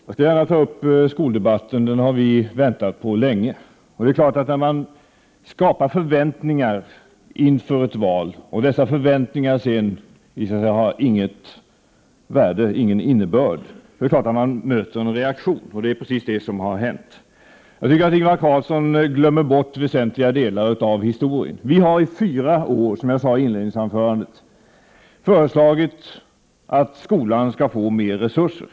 Herr talman! Jag ska gärna ta upp skoldebatten - den har vi väntat på länge. Det är klart att när man skapar förväntningar inför ett val och dessa 39 förväntningar sedan visar sig inte ha något värde, inte ha någon innebörd, möter man en reaktion. Det är precis det som har hänt. Jag tycker att Ingvar Carlsson glömmer bort väsentliga delar av historien. Vi har i fyra år, som jag sade i inledningsanförandet, föreslagit att skolan skall få mer resurser.